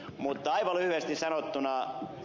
mutta aivan lyhyesti sanottuna